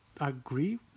agree